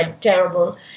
terrible